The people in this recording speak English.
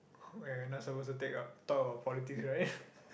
oh ya ya we're not suppose to take talk about politics right